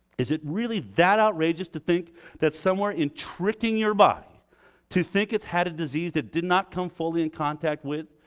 is it really that outrageous to think that somewhere in tricking your body to think it's had a disease that did not come fully in contact with,